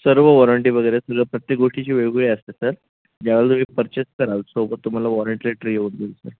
सर्व वॉरंटी वगैरे सगळं प्रत्येक गोष्टीची वेगवेगळी असते सर ज्यावेळेला तुम्ही पर्चेस कराल सोबत तुम्हाला वॉरंटी लेटर येऊन जाईल सर